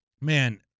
man